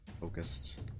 focused